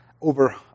over